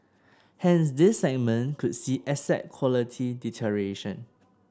hence this segment could see asset quality deterioration